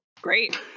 great